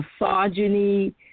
misogyny